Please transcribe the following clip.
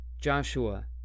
Joshua